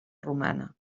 romana